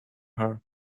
her